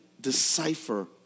decipher